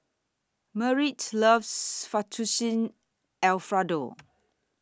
Merritt loves Fettuccine Alfredo